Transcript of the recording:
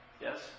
Yes